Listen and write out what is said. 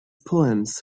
poems